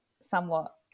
somewhat